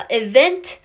event